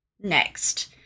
next